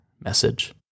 message